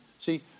See